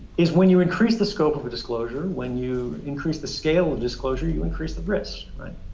is when you increase the scope of a disclosure, when you increase the scale of disclosure, you increase the risks, right?